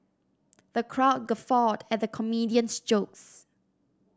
the crowd guffawed at the comedian's jokes